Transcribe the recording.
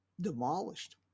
demolished